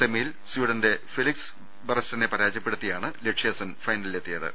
സെമിയിൽ സ്വീഡന്റെ ഫെലിക്സ് ബറെസ്റ്റിനെ പ രാജയപ്പെടുത്തിയാണ് ലക്ഷ്യാസെൻ ഫൈനലിലെത്തിയത്